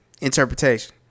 Interpretation